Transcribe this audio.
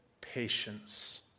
patience